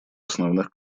основных